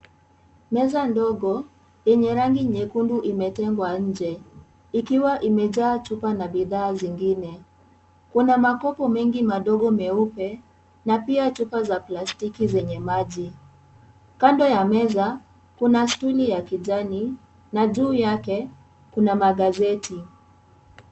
Meza ndogo, yenye rangi nyekundu imetengwa nje. Ikiwa imejaa chupa na bidhaa zingine. Kuna makopo mengi madogo meupe, na pia chupa za plastiki zenye maji. Kando ya meza, kuna stuli ya kijani na juu yake kuna magazeti.